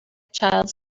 child